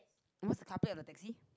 what's the carpet of the taxi